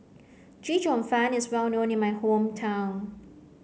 Chee Cheong Fun is well known in my hometown